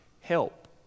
help